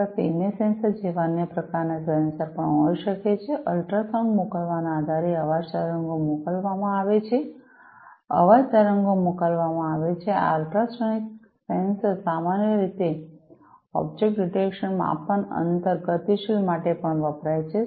આપણી પાસે image sensor જેવા અન્ય પ્રકારના સેન્સર પણ હોઈ શકે છે અલ્ટ્રાસાઉન્ડ મોકલવાના આધારે અવાજ તરંગો મોકલવામાં આવે છે અવાજ તરંગો મોકલવામાં આવે છે આ અલ્ટ્રાસોનિક સેન્સર સામાન્ય રીતે ઑબ્જેક્ટ ડિટેક્શન માપન અંતર ગતિશીલ માટે પણ વપરાય છે